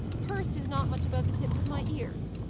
hurst is not much above the tips of my ears.